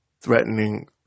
threatening